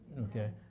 Okay